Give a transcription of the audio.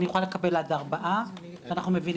אני יכולה לקבל עד ארבעה ואנחנו יודעים